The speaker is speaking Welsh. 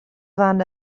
fan